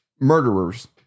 murderers